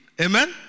Amen